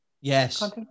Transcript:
yes